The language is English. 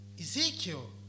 Ezekiel